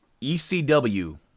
ECW